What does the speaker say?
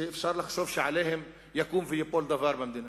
שאפשר לחשוב שעליהם יקום וייפול דבר במדינה.